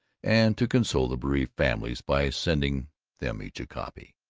and to console the bereaved families by sending them each a copy.